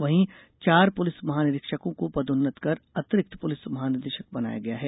वहीं चार पुलिस महानिरीक्षकों को पदोन्नत कर अतिरिक्त पुलिस महानिदेशक बनाया गया है